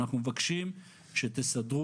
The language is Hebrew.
אנחנו מבקשים שתסדרו,